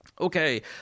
Okay